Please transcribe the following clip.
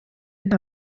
nta